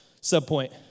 sub-point